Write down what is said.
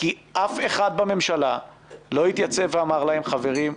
כי אף אחד בממשלה לא התייצב ואמר להם: חברים,